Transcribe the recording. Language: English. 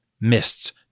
mists